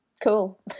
cool